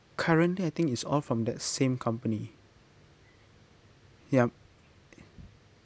currently I think it's all from that same company yup